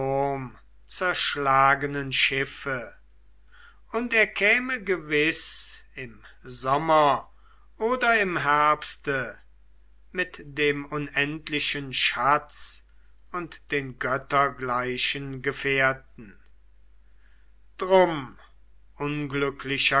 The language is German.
sturmzerschlagenen schiffe und er käme gewiß im sommer oder im herbste mit dem unendlichen schatz und den göttergleichen gefährten drum